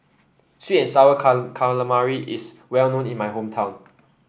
sweet and sour calamari is well known in my hometown